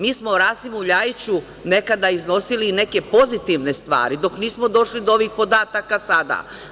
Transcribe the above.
Mi smo o Rasimu LJajiću nekada iznosili i neke pozitivne stvari, dok nismo došli do ovih podataka sada.